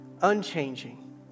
unchanging